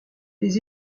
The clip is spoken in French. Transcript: des